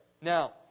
Now